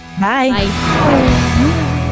bye